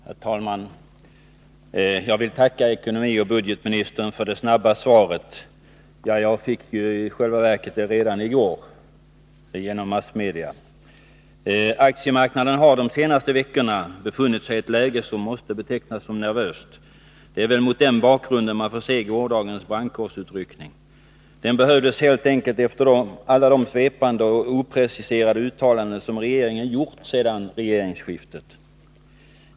Herr talman! Jag vill tacka ekonomioch budgetministern för det snabba svaret. I själva verket fick jag det ju redan i går genom massmedia. Aktiemarknaden har de senaste veckorna befunnit sig i ett läge som måste betecknas som nervöst. Det är väl mot den bakgrunden man får se gårdagens brandkårsutryckning. Den behövdes helt enkelt efter alla de svepande och opreciserade uttalanden som regeringen gjort efter regeringsskiftet.